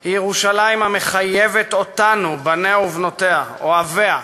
היא ירושלים המחייבת אותנו, בניה ובנותיה, אוהביה,